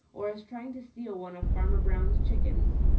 or is trying to steal one of farmer brown's chickens,